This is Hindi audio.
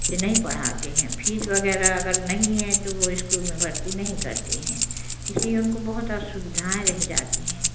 से नहीं पढ़ाते हैं फीस वगैरह अगर नहीं है तो स्कूल में भर्ती नहीं करते हैं इसलिए उनको बहुत असुविधाएं रह जाती है